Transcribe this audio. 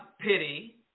pity